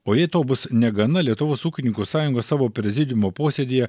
o jei to bus negana lietuvos ūkininkų sąjunga savo prezidiumo posėdyje